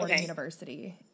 University